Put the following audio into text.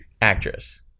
actress